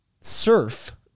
surf